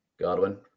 godwin